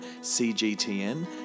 CGTN